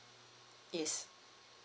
yes